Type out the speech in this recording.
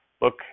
look